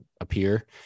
appear